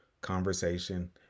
conversation